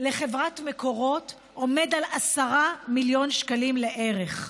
לחברת מקורות עומד על 10 מיליון שקלים לערך.